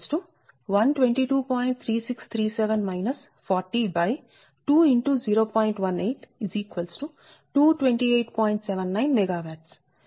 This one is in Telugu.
79 MW దీని గరిష్టం 300